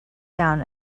down